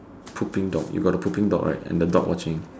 pooping dog you got the pooping dog right and the dog watching